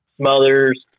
Smothers